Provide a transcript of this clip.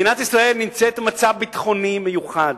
מדינת ישראל נמצאת במצב ביטחוני מיוחד.